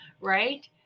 right